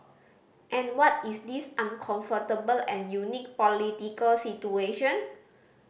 and what is this uncomfortable and unique political situation